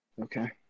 Okay